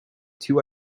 two